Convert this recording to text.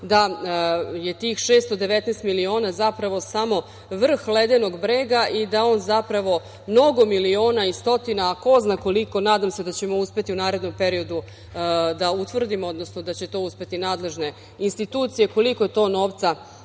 da je tih 619 miliona, zapravo samo vrh ledenog brega i da on, zapravo, mnogo miliona i stotina, a ko zna koliko, nadam se da ćemo uspeti u narednom periodu da utvrdimo, odnosno da će to uspeti nadležne institucije, koliko je to novca